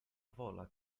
wola